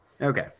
Okay